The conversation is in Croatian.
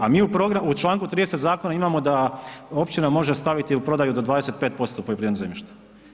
A mi u članku 30. zakona imamo da općina može staviti u prodaju do 25% poljoprivrednog zemljišta.